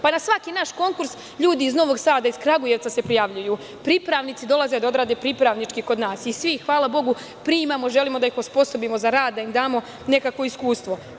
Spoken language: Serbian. Na svaki naš konkurs, ljudi iz Novog Sada i Kragujevca se prijavljuju, pripravnici dolaze da odrade pripravnički kod nas i sve primamo, želimo da ih osposobimo za rad, da im damo nekakvo iskustvo.